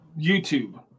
YouTube